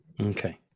Okay